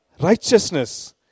righteousness